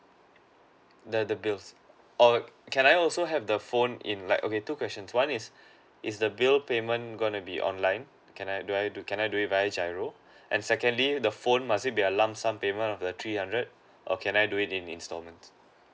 the the bills or can I also have the phone in like okay two questions one is is the bill payment gonna be online can I do I can I do do it via giro and secondly the phone must it be a lump sum payment of the three hundred or can I do it in installments